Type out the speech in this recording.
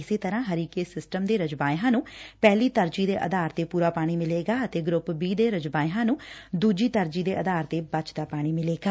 ਇਸੇ ਤਰਾ ਹਰੀਕੇ ਸਿਸਟਮ ਦੇ ਰਜਬਾਹਿਆ ਨੇ ਪਹਿਲੀ ਤਰਜੀਹ ਦੇ ਆਧਾਰ ਤੇ ਪਰਾ ਪਾਣੀ ਮਿਲੇਗਾ ਅਤੇ ਗਰੱਪ ਬੀ ਦੇ ਰਜਬਾਹਿਆਂ ਨੂ ਦਜੀ ਤਰਜੀਹ ਦੇ ਆਧਾਰ ਤੇ ਬਾਕੀ ਬਚਦਾ ਪਾਣੀ ਮਿਲੇਗਾ